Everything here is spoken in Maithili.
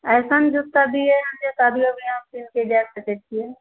अइसन जुत्ता दियनि जे शादियो विवाहमे पिन्हके जाए सकै छियै